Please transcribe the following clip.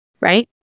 right